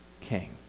king